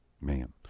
Man